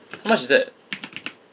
how much is that